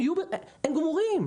הם גומרים.